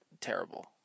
terrible